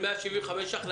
שהיה 175 ש"ח,